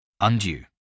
Undue